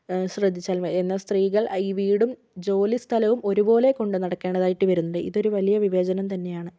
ശ്രദ്ധിച്ചാൽ മതി എന്നാൽ സ്ത്രീകൾ ഈ വീടും ജോലി സ്ഥലവും ഒരുപോലെകൊണ്ട് നടക്കേണ്ടത് ആയിട്ട് വരുന്നുണ്ട് ഒരു വലിയ വിവേചനം തന്നെയാണ്